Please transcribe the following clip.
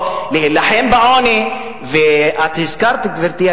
שההישגים יהיו באותה רמה,